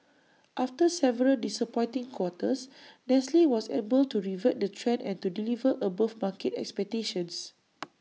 after several disappointing quarters nestle was able to revert the trend and to deliver above market expectations